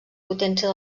potència